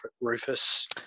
Rufus